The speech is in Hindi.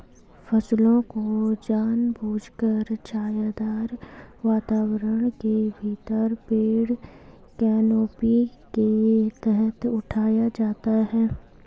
फसलों को जानबूझकर छायादार वातावरण के भीतर पेड़ कैनोपी के तहत उठाया जाता है